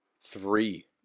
three